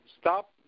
stop